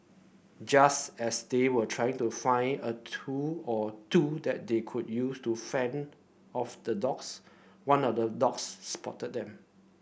just as they were trying to find a tool or two that they could use to fend off the dogs one of the dogs spotted them